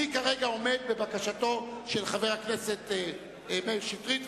אני כרגע עומד בבקשתו של חבר הכנסת מאיר שטרית,